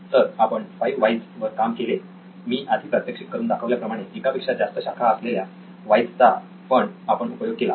तर आपण five whys वर काम केले मी आधी प्रात्यक्षिक करून दाखवल्याप्रमाणे एकापेक्षा जास्त शाखा असलेल्या व्हायज चा पण आपण उपयोग केला